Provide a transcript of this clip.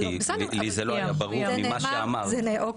כי לי זה לא היה ברור ממה שאמרת.